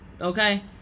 okay